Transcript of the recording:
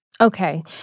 Okay